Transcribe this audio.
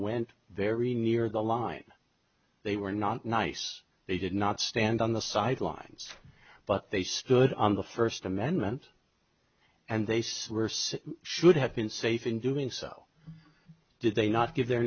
went very near the line they were not nice they did not stand on the sidelines but they stood on the first amendment and they swear some should have been safe in doing so did they not give their